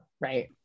Right